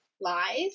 lies